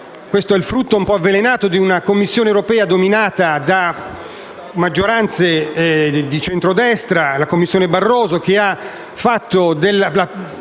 Questo è il frutto, un po' avvelenato, di una Commissione europea dominata da maggioranze di centrodestra e dalla Commissione Barroso, che ha fatto